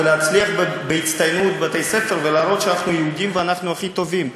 להצליח להצטיין בבתי-הספר ולהראות שאנחנו יהודים ואנחנו הכי טובים.